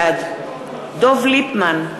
בעד דב ליפמן,